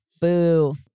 Boo